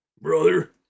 Brother